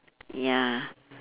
ya